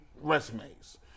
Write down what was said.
resumes